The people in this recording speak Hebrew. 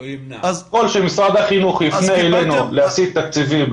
שמשרד החינוך יפנה אלינו להסיט תקציבים,